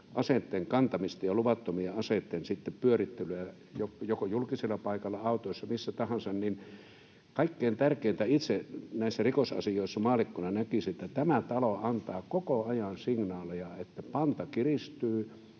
aseitten kantamista ja luvattomien aseitten pyörittelyä joko julkisella paikalla, autoissa tai missä tahansa. Itse näissä rikosasioissa maallikkona näkisin, että kaikkein tärkeintä on, että tämä talo antaa koko ajan signaaleja, että panta kiristyy,